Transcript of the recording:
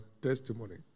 testimony